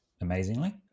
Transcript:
amazingly